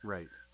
Right